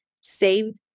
saved